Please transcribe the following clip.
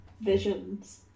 visions